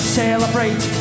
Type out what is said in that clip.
celebrate